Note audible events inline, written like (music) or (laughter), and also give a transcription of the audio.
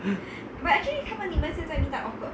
(laughs)